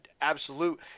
absolute